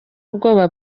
ubwoba